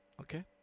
Okay